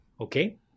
Okay